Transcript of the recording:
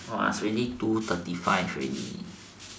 wah it is already two thirty five already